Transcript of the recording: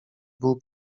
był